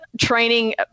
training